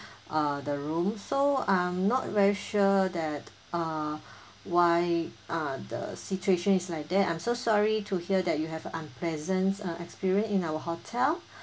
uh the room so I'm not very sure that uh why uh the situation is like that I'm so sorry to hear that you have unpleasant uh experience in our hotel